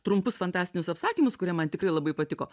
trumpus fantastinius apsakymus kurie man tikrai labai patiko